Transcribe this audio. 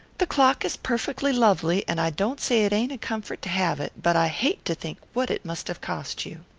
the clock is perfectly lovely and i don't say it ain't a comfort to have it but i hate to think what it must have cost you.